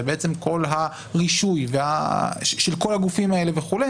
ובעצם כל הרישוי של כל הגופים האלה וכו',